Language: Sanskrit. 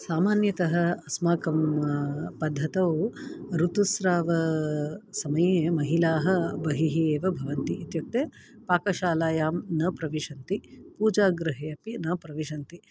सामान्यतः अस्माकं पद्धतौ ऋतुस्राव समये महिलाः बहिः एव भवन्ति इत्युक्ते पाकशालायां न प्रविशन्ति पूजागृहे अपि न प्रविशन्ति